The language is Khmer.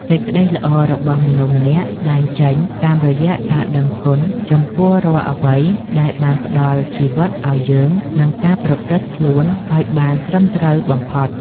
សេចក្តីល្អរបស់មនុស្សម្នាក់ស្តែងចេញតាមរយៈការដឹងគុណចំពោះរាល់អ្វីដែលបានផ្តល់ជីវិតឱ្យយើងនិងការប្រព្រឹត្តខ្លួនឱ្យបានត្រឹមត្រូវបំផុត។